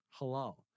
Halal